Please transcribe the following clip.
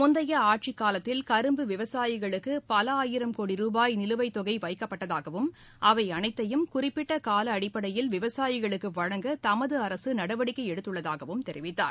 முந்தைய ஆட்சிக் காலத்தில் கரும்பு விவசாயிகளுக்கு பல ஆயிரம் கோடி ரூபாய் நிலுவைத் தொகை வைக்கப்பட்டதாகவும் அவை அனைத்தையும் குறிப்பிட்ட கால அடிப்படையில் விவசாயிகளுக்கு வழங்க தமது அரசு நடவடிக்கை எடுத்துள்ளதாகவும் தெரிவித்தார்